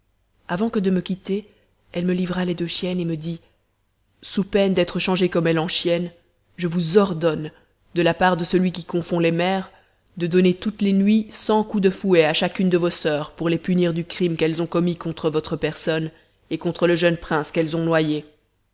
avant que de me quitter elle me livra les deux chiennes et me dit sous peine d'être changée comme elles en chienne je vous ordonne de la part de celui qui confond les mers de donner toutes les nuits cent coups de fouet à chacune de vos soeurs pour les punir du crime qu'elles ont commis contre votre personne et contre le jeune prince qu'elles ont noyé